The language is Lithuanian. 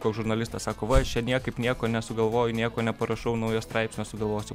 koks žurnalistas sako va aš čia niekaip nieko nesugalvoju nieko neparašau naujo straipsnio sugalvosiu